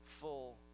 full